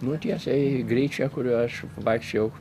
nu tiesiai į gryčią kurioje aš vaikščiojau